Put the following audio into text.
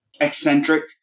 eccentric